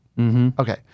Okay